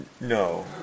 No